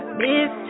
miss